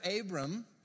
Abram